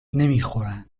نمیخورند